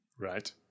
Right